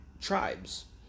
tribes